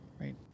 right